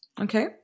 Okay